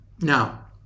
Now